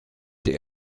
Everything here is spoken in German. die